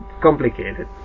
complicated